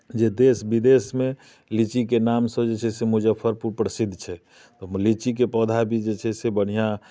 जे देश विदेशमे लीचीके नामसँ जे छै से मुजफ्फरपुर प्रसिद्ध छै लीचीके पौधा भी जे छै से बढ़िआँ